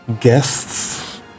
guests